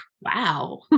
Wow